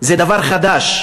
זה דבר חדש.